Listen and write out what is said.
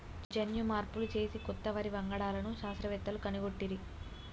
జన్యు మార్పులు చేసి కొత్త వరి వంగడాలను శాస్త్రవేత్తలు కనుగొట్టిరి